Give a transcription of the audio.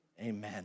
amen